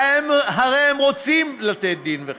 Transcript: והרי הם רוצים לתת דין-וחשבון.